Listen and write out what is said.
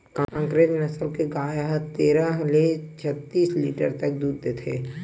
कांकरेज नसल के गाय ह तेरह ले छत्तीस लीटर तक दूद देथे